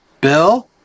Bill